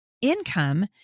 income